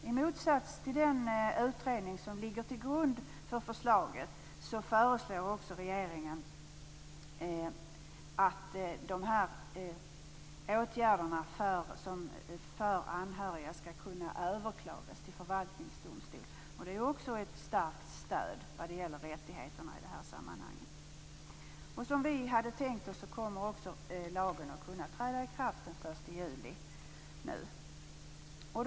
I motsats till den utredning som ligger till grund för förslaget föreslår regeringen att åtgärderna för anhöriga skall kunna överklagas till förvaltningsdomstol. Också detta ger ett starkt rättighetsstöd i sammanhanget. Som vi har tänkt kommer lagen nu att kunna träda i kraft den 1 juli i år.